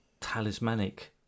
talismanic